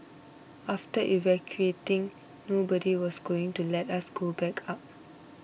after evacuating nobody was going to let us go back up